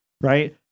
right